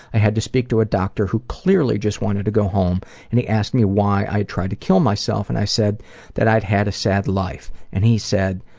i had to speak to a doctor who clearly just wanted to go home and he asked me why i had tried to kill myself and i said that i'd had a sad life. and he said,